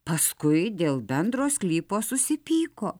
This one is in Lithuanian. paskui dėl bendro sklypo susipyko